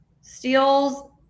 steals